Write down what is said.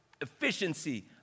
Efficiency